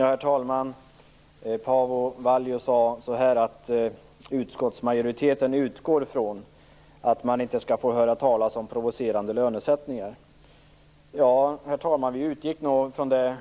Herr talman! Paavo Vallius sade att utskottsmajoriteten utgår från att man inte skall få höra talas om provocerande lönesättningar. Vi utgick nog från det